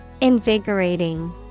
Invigorating